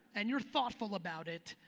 and you're thoughtful about it,